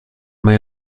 mai